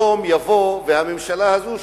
יום יבוא והממשלה הזאת,